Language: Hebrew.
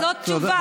זאת לא תשובה.